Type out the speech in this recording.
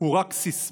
זה רק סיסמה,